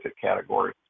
category